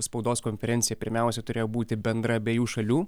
spaudos konferencija pirmiausia turėjo būti bendra abiejų šalių